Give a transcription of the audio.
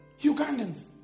Ugandans